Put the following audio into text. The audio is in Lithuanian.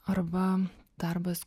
arba darbas